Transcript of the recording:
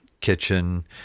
kitchen